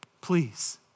please